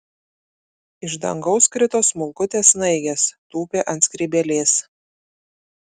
iš dangaus krito smulkutės snaigės tūpė ant skrybėlės